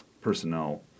personnel